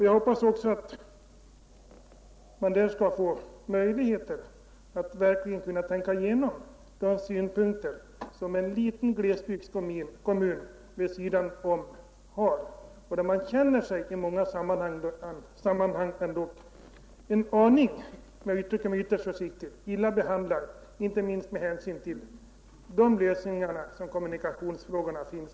Jag hoppas också att statsrådet skall få möjlighet att verkligen tänka igenom de synpunkter som en liten glesbygdskommun ”vid sidan om” har. Den känner sig i många sammanhang en aning — jag uttrycker mig ytterst försiktigt — illa behandlad, inte minst med hänsyn till nedläggningen av persontrafiken på järnvägen.